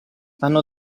hanno